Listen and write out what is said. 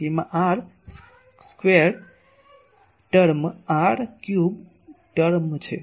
તેમાં r squared term r cube term છે